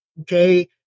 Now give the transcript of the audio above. Okay